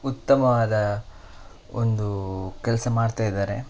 ಉತ್ತಮವಾದ ಒಂದು ಕೆಲಸ ಮಾಡ್ತಾ ಇದ್ದಾರೆ